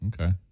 okay